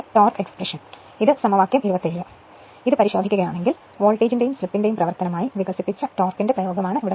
അതിനാൽ സമവാക്യം 27 പരിശോധിക്കുകയാണെങ്കിൽ വോൾട്ടേജിന്റെയും സ്ലിപ്പിന്റെയും പ്രവർത്തനമായി വികസിപ്പിച്ച ടോർക്കിന്റെ പ്രയോഗമാണ്